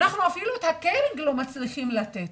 אנחנו אפילו את ה-caring לא מצליחים לתת.